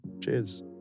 Cheers